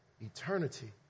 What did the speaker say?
eternity